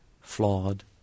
flawed